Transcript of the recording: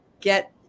get